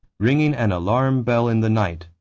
ringing an alarm bell in the night,